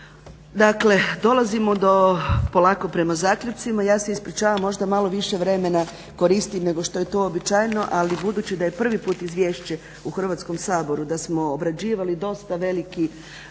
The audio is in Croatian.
Dakle dolazimo polako prema zaključcima, ja se ispričavam možda malo više vremena koristim nego što je to uobičajeno ali budući da je prvi puta izvješće u Hrvatskom saboru da smo obrađivali dosta veliki